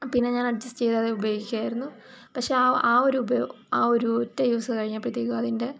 പിന്നെ ഞാൻ അഡ്ജസ്റ്റ് ചെയ്ത് അത് ഉപയോഗിക്കുകയായിരുന്നു പക്ഷെ ആ ആ ഒരു ആ ഒരു ഒറ്റ യൂസ് കഴിഞ്ഞപ്പത്തേക്കും അതിൻ്റെ